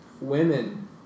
Women